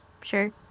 sure